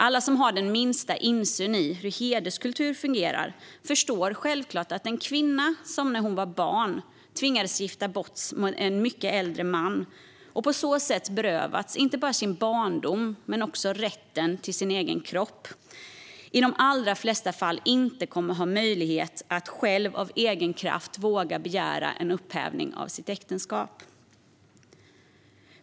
Alla som har den minsta insyn i hur hederskultur fungerar förstår självklart hur detta fungerar: En kvinna som när hon var barn tvingades gifta sig med en mycket äldre man och på så sätt berövades inte bara sin barndom utan även rätten till sin egen kropp kommer i de allra flesta fall inte att ha möjlighet att själv och av egen kraft våga begära att äktenskapet ogiltigförklaras.